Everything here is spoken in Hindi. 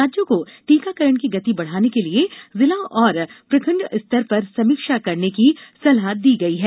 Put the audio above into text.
राज्यों को टीकाकरण की गति बढ़ाने के लिए जिला और प्रखण्ड स्तर पर समीक्षा करने की सलाह दी गई है